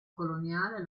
coloniale